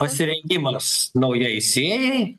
pasirengimas naujai sėjai